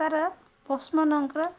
ତା ପଶୁମାନଙ୍କର